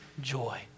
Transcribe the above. joy